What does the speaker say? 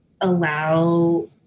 allow